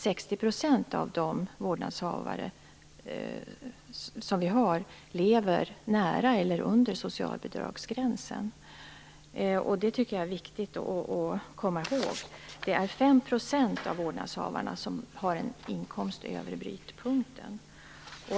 60 % av vårdnadshavarna lever nära eller under socialbidragsgränsen. Det tycker jag är viktigt att komma ihåg. Det är 5 % av vårdnadshavarna som har en inkomst över brytpunkten.